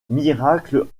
miracle